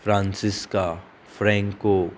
Franziska Franco